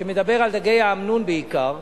שמדבר על דגי האמנון בעיקר,